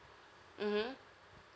mmhmm